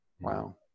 Wow